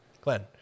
Glenn